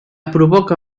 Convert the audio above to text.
provoca